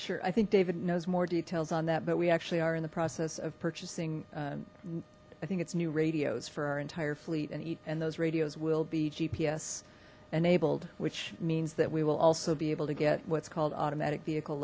sure i think david knows more details on that but we actually are in the process of purchasing i think it's new radios for our entire fleet and eat and those radios will be gps enabled which means that we will also be able to get what's called automatic vehicle